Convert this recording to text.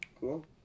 Cool